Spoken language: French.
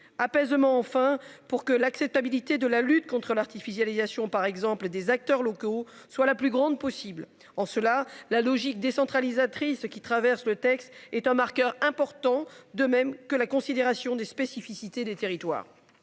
apaisement enfin pour que l'acceptabilité de la lutte contre l'artificialisation par exemple des acteurs locaux, soit la plus grande possible en cela la logique décentralisatrice qui traverse le texte est un marqueur important de même que la considération des spécificités des territoires.